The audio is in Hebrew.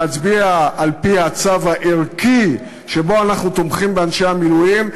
להצביע על-פי הצו הערכי שבו אנחנו תומכים באנשי המילואים,